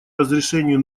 разрешению